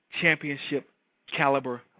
championship-caliber